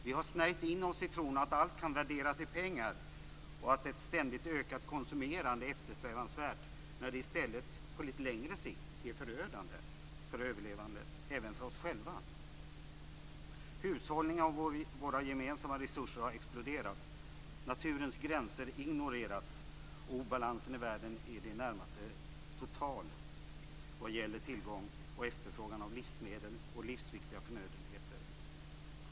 Vi har snärjt in oss i tron att allt kan värderas i pengar och att ett ständigt ökat konsumerande är eftersträvansvärt när det i stället på lite längre sikt är förödande för överlevandet, även för oss själva. Hushållningen av våra gemensamma resurser har exploderat, naturens gränser ignorerats och obalansen i världen är i det närmaste total när det gäller tillgång och efterfrågan på livsmedel och livsviktiga förnödenheter.